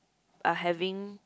are having